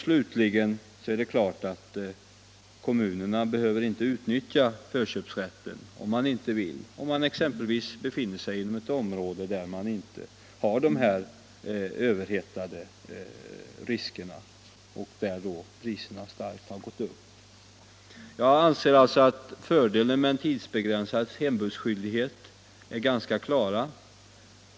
Slutligen är det klart att kommunen inte behöver utnyttja förköpsrätten om man inte vill, om kommunen exempelvis ligger i ett område där man inte har den här överhettningen och där priserna inte har gått upp starkt. motverka oskäliga kapitalvinster vid Fördelen med en tidsbegränsad hembudsskyldighet är ganska klar.